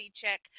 check